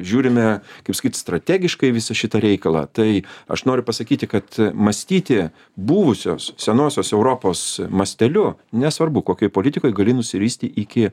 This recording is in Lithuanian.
žiūrime kaip sakyt strategiškai į visą šitą reikalą tai aš noriu pasakyti kad mąstyti buvusios senosios europos masteliu nesvarbu kokioj politikoj gali nusiristi iki